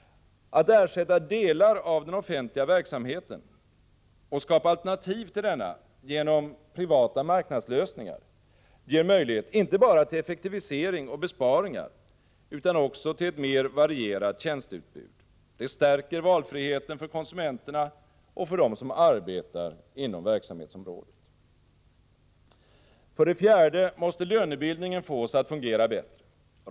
Att ersätta delar av den offentliga verksamheten och skapa alternativ till denna genom privata marknadslösningar ger möjlighet inte bara till effektivisering och besparingar utan också till ett mer varierat tjänsteutbud. Det stärker valfriheten för konsumenterna och för dem som arbetar inom verksamhetsområdet. För det fjärde måste lönebildningen fås att fungera bättre.